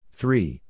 three